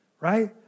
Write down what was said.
Right